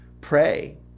pray